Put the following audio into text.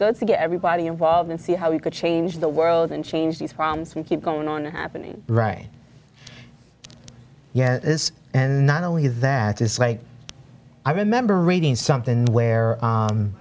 good to get everybody involved and see how we could change the world and change these problems keep going on happening right yeah and not only that it's like i remember reading something where